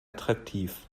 attraktiv